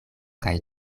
kaj